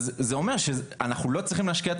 אז זה אומר שאנחנו לא צריכים להשקיע את